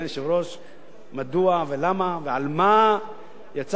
מדוע ולמה ועל מה יצא קצפה של ועדת השרים.